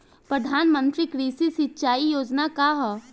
प्रधानमंत्री कृषि सिंचाई योजना का ह?